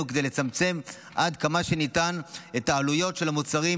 כדי לצמצם עד כמה שניתן את העלויות של המוצרים,